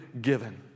given